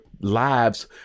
lives